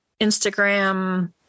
instagram